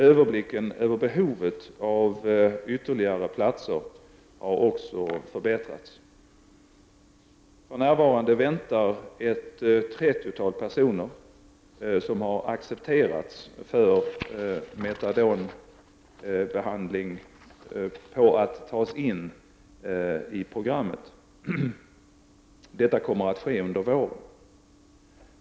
Överblicken över behovet av ytterligare platser har också förbättrats. För närvarande väntar ett 30-tal personer som har accepterats för metadonbehandling på att tas in i programmet. Detta kommer att ske under våren.